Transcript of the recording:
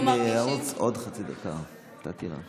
עוד חצי דקה נתתי לה.